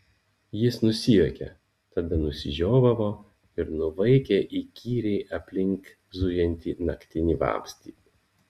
jis nusijuokė tada nusižiovavo ir nuvaikė įkyriai aplink zujantį naktinį vabzdį